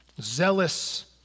Zealous